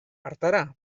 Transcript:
hartara